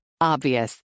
Obvious